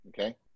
okay